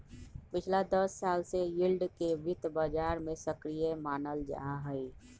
पिछला दस साल से यील्ड के वित्त बाजार में सक्रिय मानल जाहई